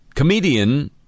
Comedian